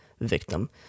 victim